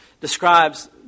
describes